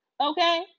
Okay